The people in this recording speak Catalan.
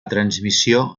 transmissió